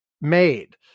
made